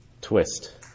twist